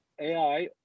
AI